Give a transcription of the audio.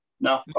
No